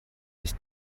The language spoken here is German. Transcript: ist